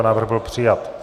Návrh byl přijat.